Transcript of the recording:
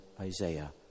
Isaiah